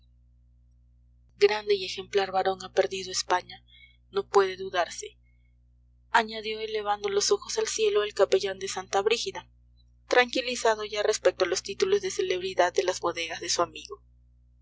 grande y ejemplar varón ha perdido españa no puede dudarse añadió elevando los ojos al cielo el capellán de santa brígida tranquilizado ya respecto a los títulos de celebridad de las bodegas de su amigo